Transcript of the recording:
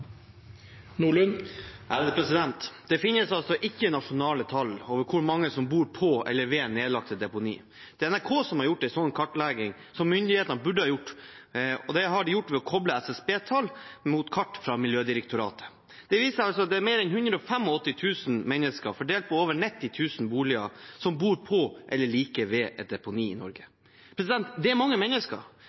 Det finnes ikke nasjonale tall på hvor mange som bor på eller ved nedlagte deponier. Det er NRK som har gjort en sånn kartlegging, som myndighetene burde ha gjort, og det har de gjort ved å koble SSB-tall opp mot kart fra Miljødirektoratet. Den viser at det i Norge er mer enn 185 000 mennesker, fordelt på over 90 000 boliger, som bor på eller like ved et deponi. Det er mange mennesker.